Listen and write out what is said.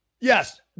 yes